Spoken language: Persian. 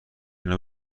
اینا